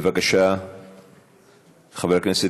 בקיצור, חברים,